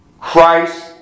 Christ